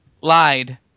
lied